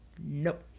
Nope